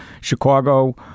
Chicago